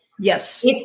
Yes